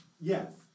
yes